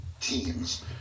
teams